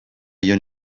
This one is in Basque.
joan